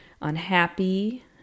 unhappy